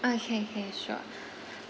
okay okay sure